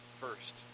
first